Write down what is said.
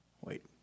Wait